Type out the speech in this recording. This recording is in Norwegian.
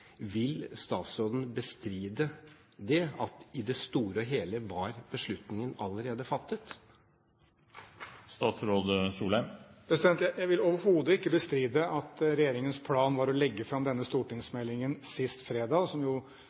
Vil statsråden bestride at i det store og hele var beslutningen allerede fattet? Jeg vil overhodet ikke bestride at regjeringens plan var å legge fram denne stortingsmeldingen sist fredag. Det ble jo